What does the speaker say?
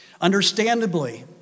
Understandably